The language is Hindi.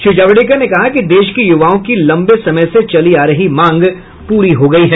श्री जावड़ेकर ने कहा कि देश के युवाओं की लंबे समय से चली आ रही मांग पूरी हो गई है